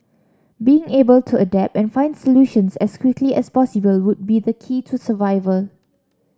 being able to adapt and find solutions as quickly as possible would be the key to survival